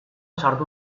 sartu